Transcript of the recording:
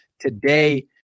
today